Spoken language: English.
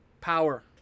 power